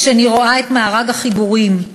כשאני רואה את מארג החיבורים,